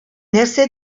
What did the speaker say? нәрсә